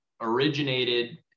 originated